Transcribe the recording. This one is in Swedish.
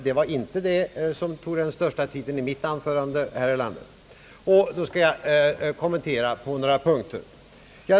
Det var inte detta som tog den största tiden i mitt anförande, herr Erlander, men låt mig kommentera några punkter.